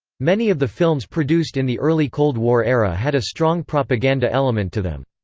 many of the films produced in the early cold war era had a strong propaganda element to them.